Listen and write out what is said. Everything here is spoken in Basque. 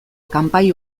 kanpai